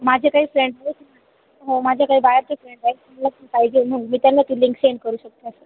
माझे काही फ्रेंड आहेत हो माझ्या काही बाहेरचे फ्रेंड आहेत त्यांला पाहिजे म्हनजे मी त्यांना ती लिंक सेंड करू शकते असं